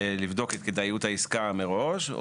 לבדוק את כדאיות העסקה מראש,